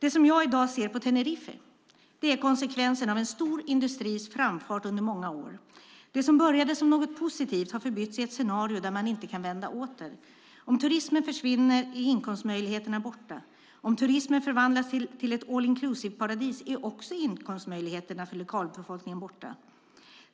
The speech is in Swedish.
Det jag i dag ser på Tenerife är konsekvenserna av en stor industris framfart under många år. Det som började som något positivt har förbytts i ett scenario där man inte kan vända åter. Om turismen försvinner är inkomstmöjligheterna borta. Om turismen förvandlas till ett all-inclusive-paradis är inkomstmöjligheterna för lokalbefolkningen också borta.